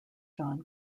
john